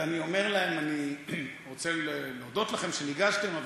ואני אומר להם: אני רוצה להודות לכם שניגשתם,